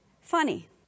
Funny